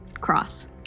cross